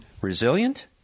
Resilient